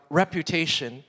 reputation